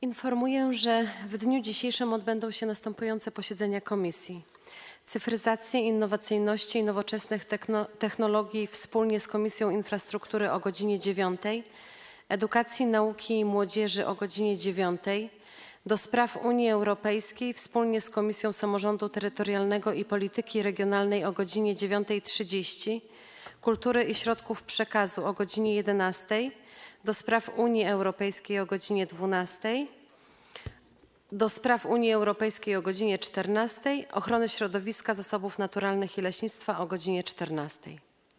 Informuję, że w dniu dzisiejszym odbędą się następujące posiedzenia Komisji: - Cyfryzacji, Innowacyjności i Nowoczesnych Technologii wspólnie z Komisją Infrastruktury - godz. 9, - Edukacji, Nauki i Młodzieży - godz. 9, - do Spraw Unii Europejskiej wspólnie z Komisją Samorządu Terytorialnego i Polityki Regionalnej - godz. 9.30, - Kultury i Środków Przekazu - godz. 11, - do Spraw Unii Europejskiej - godz. 12, - do Spraw Unii Europejskiej - godz. 14, - Ochrony Środowiska, Zasobów Naturalnych i Leśnictwa - godz. 14.